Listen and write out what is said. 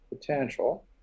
potential